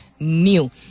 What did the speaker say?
new